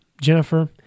Jennifer